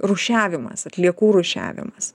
rūšiavimas atliekų rūšiavimas